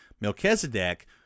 Melchizedek